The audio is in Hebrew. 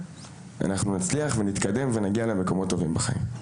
אנחנו נצליח ונתקדם ונגיע למקומות טובים בחיים.